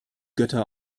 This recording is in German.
götter